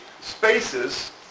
spaces